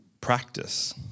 practice